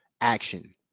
action